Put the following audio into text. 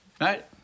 Right